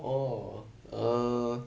oh err